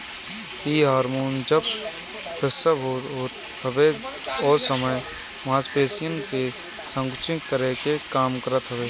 इ हार्मोन जब प्रसव होत हवे ओ समय मांसपेशियन के संकुचित करे के काम करत हवे